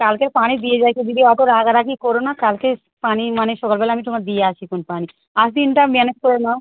কালকে পানি দিয়ে যায় তো দিদি অতো রাগারাগি কোরো না কালকে পানি মানে সকালবেলা আমি তোমার দিয়ে আসিখন পানি আজ দিনটা ম্যানেজ করে নাও